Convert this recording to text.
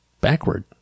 backward